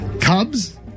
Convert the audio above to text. Cubs